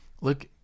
look